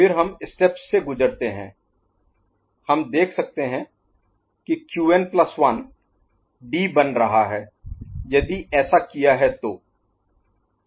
फिर हम स्टेप्स से गुजरते हैं हम देख सकते हैं कि क्यूएन प्लस 1 Qn1 डी बन रहा है यदि ऐसा किया है तो